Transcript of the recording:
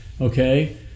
Okay